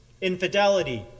infidelity